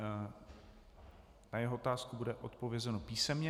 Na jeho otázku bude odpovězeno písemně.